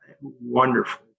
wonderful